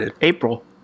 April